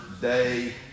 day